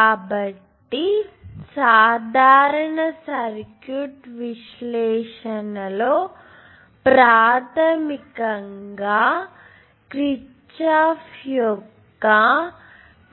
కాబట్టి సాధారణ సర్క్యూట్ విశ్లేషణలో ప్రాథమికంగా కిర్ఛాఫ్ యొక్క